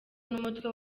n’umukwe